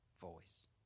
voice